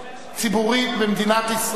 הציבורית במדינת ישראל,